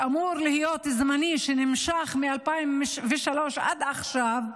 שאמור להיות זמני ונמשך מ-2003 עד עכשיו,